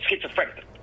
schizophrenic